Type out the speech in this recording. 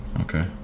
Okay